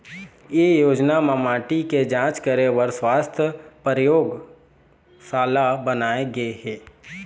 ए योजना म माटी के जांच करे बर सुवास्थ परयोगसाला बनाए गे हे